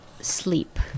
Sleep